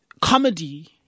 comedy